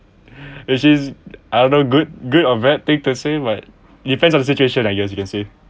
which is I don't know good good or bad thing to say but depends on the situation I guess you can say